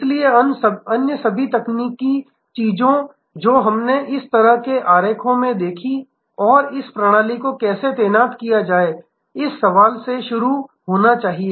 इसलिए अन्य सभी तकनीकी चीजें जो हमने इस तरह के आरेख में देखीं और इस प्रणाली को कैसे तैनात किया जाएगा इस सवाल से शुरू होना चाहिए